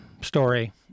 story